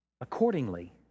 accordingly